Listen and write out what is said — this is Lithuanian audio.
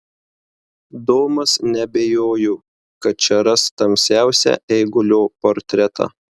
domas neabejojo kad čia ras tamsiausią eigulio portretą